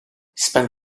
spent